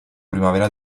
primavera